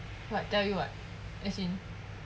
what tell you what as in